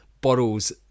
bottles